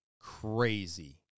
crazy